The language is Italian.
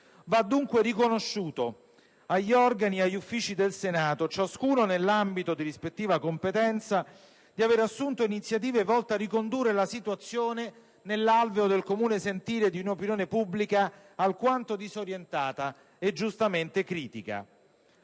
Va, dunque, riconosciuto agli organi ed agli uffici del Senato - ciascuno nell'ambito di rispettiva competenza - di aver assunto iniziative volte a ricondurre la situazione nell'alveo del comune sentire di un'opinione pubblica alquanto disorientata e giustamente critica.